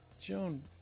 Joan